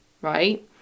right